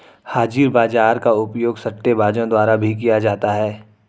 हाजिर बाजार का उपयोग सट्टेबाजों द्वारा भी किया जाता है